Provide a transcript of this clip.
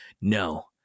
no